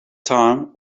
time